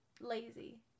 lazy